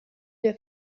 der